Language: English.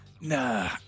Nah